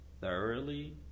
thoroughly